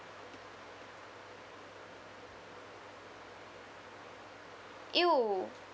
!eww!